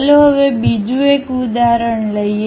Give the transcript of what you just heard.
ચાલો હવે બીજું એક ઉદાહરણ લઈએ